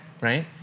right